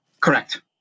Correct